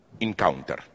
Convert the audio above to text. encounter